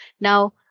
Now